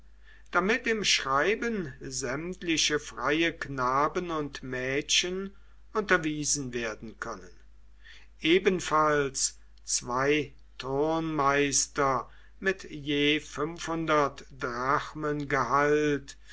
damit im schreiben sämtliche freie knaben und mädchen unterwiesen werden können ebenfalls zwei turnmeister mit je fünfhundert drachmen gehalt